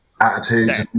attitudes